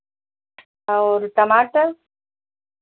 और टमाटर